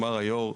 אמר היו"ר,